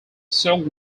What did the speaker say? silk